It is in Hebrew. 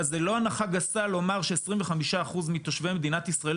זה לא הנחה גסה לומר ש-25% מתושבי מדינת ישראל